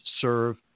serve